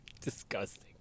Disgusting